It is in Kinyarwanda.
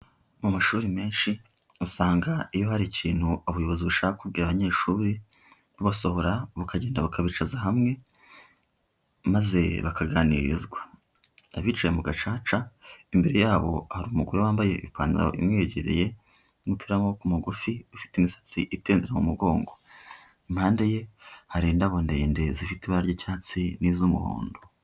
Mu mashuri menshi usanga iyo hari ikintu abayobozi bashaka kubwira abanyeshuri, bakabasohora bakagendabakabicaza hamwe, maze bakaganirizwa. Abicaye mu gacaca, imbere yabo hari umugore wambaye ipantaro imwegereye n'umupi wamaboko magufi ufite imisatsi itendera mu mugongo impande ye hari indabo ndende zifite ibara ry'icyatsi n'iz'umuhondo.